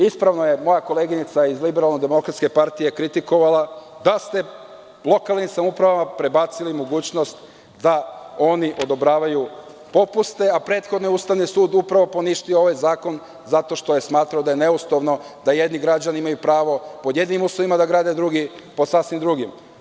Ispravno je moja koleginica iz LDP kritikovala da ste lokalnim samoupravama prebacili mogućnost da oni odobravaju popuste, a prethodno je Ustavni sud upravo poništio ovaj zakon zato što je smatrao da je neustavno da jedni građani imaju pravo pod jednim uslovima da grade a drugi pod sasvim drugim.